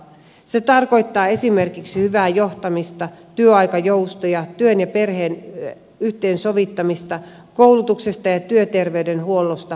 se tarkoittaa esimerkiksi hyvää johtamista työaikajoustoja työn ja perheen yhteensovittamista koulutuksesta ja työterveydenhuollosta huolehtimista